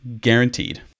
guaranteed